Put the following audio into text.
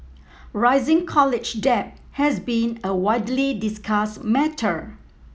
rising college debt has been a widely discussed matter